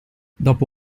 dopo